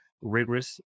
rigorous